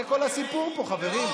זה כל הסיפור פה, חברים.